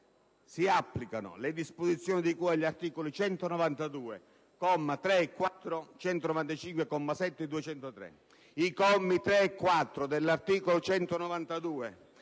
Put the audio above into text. si applicano le disposizioni di cui agli articoli 192, commi 3 e 4, 195 comma 7, e 203». I commi 3 e 4 dell'articolo 192,